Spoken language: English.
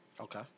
Okay